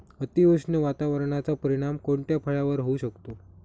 अतिउष्ण वातावरणाचा परिणाम कोणत्या फळावर होऊ शकतो?